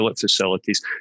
facilities